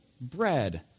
bread